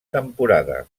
temporada